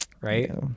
right